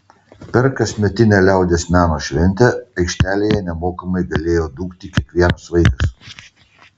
per kasmetinę liaudies meno šventę aikštelėje nemokamai galėjo dūkti kiekvienas vaikas